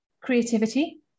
Creativity